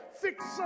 fix